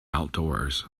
outdoors